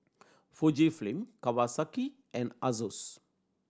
Fujifilm Kawasaki and Asus